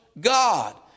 God